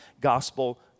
gospel